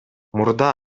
мурда